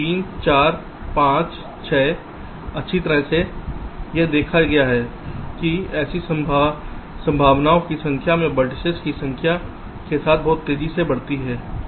3 4 5 6 अच्छी तरह से यह देखा गया है कि ऐसी संभावनाओं की संख्या वे वेर्तिसेस की संख्या के साथ बहुत तेजी से बढ़ती हैं